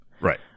Right